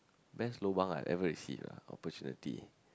best lobang I ever received ah opportunity